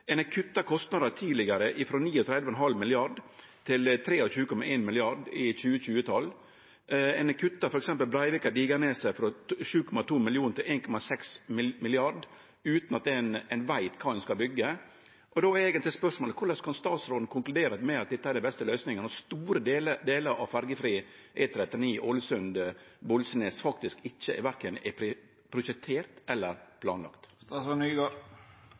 Ein har tidlegare kutta kostnadene frå 39,5 mrd. kr til 23,1 mrd. kr i 2012. Ein har f.eks. kutta Breivika–Digernes frå 7,2 mrd. kr til 1,6 mrd. kr utan at ein veit kva ein skal byggje. Då er spørsmålet: Korleis kan statsråden konkludere med at dette er den beste løysinga når store deler av ferjefri E39 Ålesund–Bolsøynes faktisk ikkje er verken prosjektert eller planlagt? Nå er